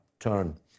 Turn